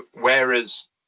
whereas